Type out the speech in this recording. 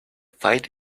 fight